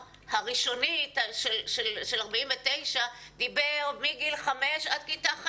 הראשוני של 1949 דיבר על מגיל חמש עד כיתה ח'